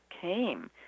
came